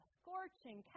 scorching